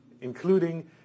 including